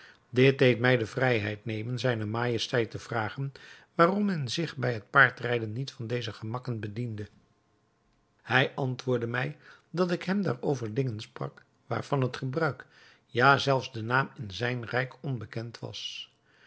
dit deed mij de vrijheid nemen zijne majesteit te vragen waarom men zich bij het paardrijden niet van deze gemakken bediende hij antwoordde mij dat ik hem daar over dingen sprak waarvan het gebruik ja zelfs de naam in zijn rijk onbekend was